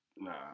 Nah